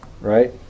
Right